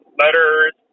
letters